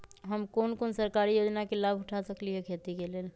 हम कोन कोन सरकारी योजना के लाभ उठा सकली ह खेती के लेल?